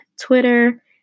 Twitter